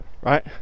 right